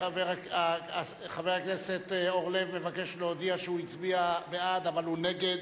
חבר הכנסת אורלב מבקש להודיע שהוא הצביע בעד אבל הוא נגד.